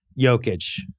Jokic